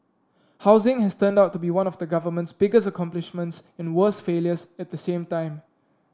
housing has turned out to be one of the government's biggest accomplishments and worst failures at the same time